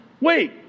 wait